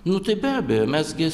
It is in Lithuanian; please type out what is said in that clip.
nu tai be abejo mes gi